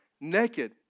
naked